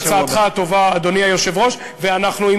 ואני